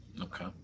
okay